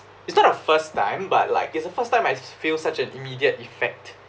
it's not a first time but like it's the first time I s~ feel such an immediate effect